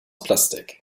plastik